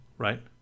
Right